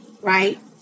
right